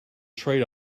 trade